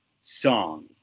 song